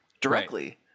directly